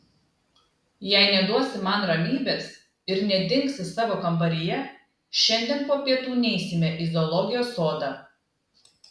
jei neduosi man ramybės ir nedingsi savo kambaryje šiandien po pietų neisime į zoologijos sodą